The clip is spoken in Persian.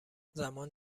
زمان